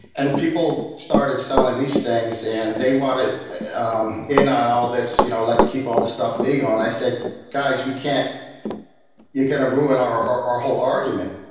and people started selling these things, and they wanted um in on all this you know let's keep this stuff legal. and i said guys, we can't you're going to ruin our whole our whole argument.